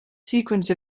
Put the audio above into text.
sequence